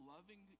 Loving